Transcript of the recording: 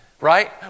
right